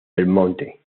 belmonte